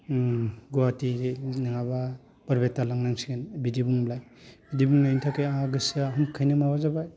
गुवाहाटि नङाब्ला बरपेटा लांनांसिगोन बिदि बुंबाय बिदि बुंनायनि थाखाय आंहा गोसोआ हांखायनो माबा जाबाय